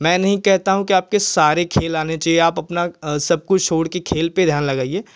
मैं नहीं कहता हूँ की आपके सारे खेल आने चाहिए आप अपना अ सब कुछ छोड़कर खेल पर ध्यान लगाइए